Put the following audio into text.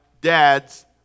dads